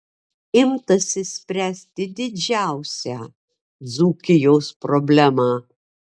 imtasi spręsti didžiausią dzūkijos problemą